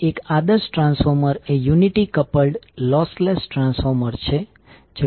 કારણ કે v2ની પોલેરિટી વિરુદ્ધ છે ડોટેડ ટર્મિનલ પાસે નેગેટિવ છે